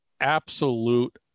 Absolute